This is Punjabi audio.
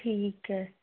ਠੀਕ ਹੈ